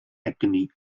egni